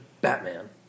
Batman